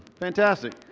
Fantastic